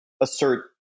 assert